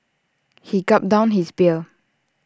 he gulped down his beer